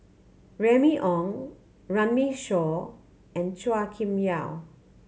Remy Ong Runme Shaw and Chua Kim Yeow